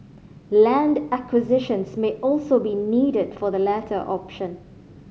land acquisitions may also be needed for the latter option